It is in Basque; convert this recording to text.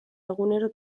egunero